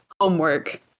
homework